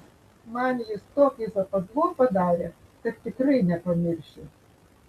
man jis tokį zapadlo padarė kad tikrai nepamiršiu